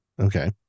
Okay